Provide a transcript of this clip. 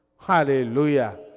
Hallelujah